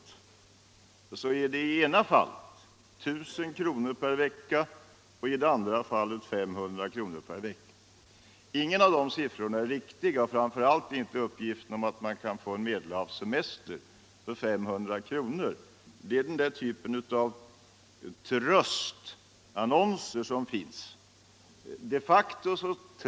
I ena fallet kostar semestern 1000 kr. per vecka och i det andra fallet 500 kr. per vecka. Ingen av dessa siffror är riktig, framför allt inte uppgiften att man kan få en Medelhavssemester för 500 kr. Det förekommer bara i en typ av tröstannonser som finns.